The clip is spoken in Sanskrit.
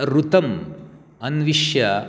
ऋतम् अन्विष्य